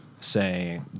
say